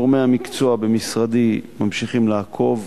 גורמי המקצוע במשרדי ממשיכים לעקוב